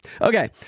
Okay